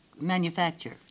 manufacture